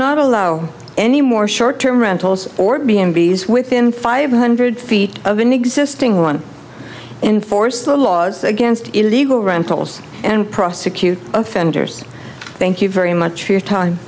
not allow any more short term rentals or be in b s within five hundred feet of an existing one in force the laws against illegal rentals and prosecute offenders thank you very much for your time